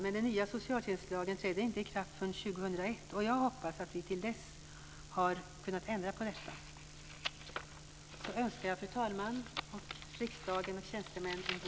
Men den nya socialtjänstlagen träder inte i kraft förrän år 2001, och jag hoppas att vi till dess har kunnat ändra på detta. Sedan önskar jag fru talmannen, riksdagen och tjänstemännen en god jul och ett gott nytt år.